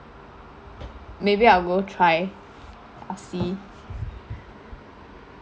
maybe I'll go try I'll see